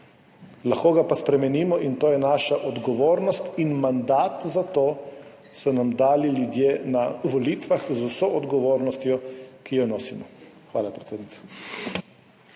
Lahko ga pa spremenimo in to je naša odgovornost. Mandat so nam za to dali ljudje na volitvah, z vso odgovornostjo, ki jo nosimo. Hvala, predsednica.